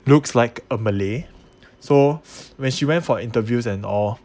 looks like a malay so when she went for interviews and all